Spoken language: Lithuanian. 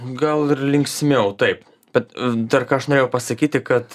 gal ir linksmiau taip bet dar ką aš norėjau pasakyti kad